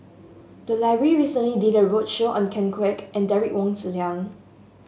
the library recently did a roadshow on Ken Kwek and Derek Wong Zi Liang